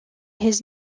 his